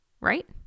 right